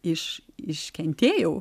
iš iškentėjau